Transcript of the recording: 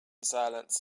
silence